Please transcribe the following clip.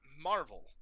marvel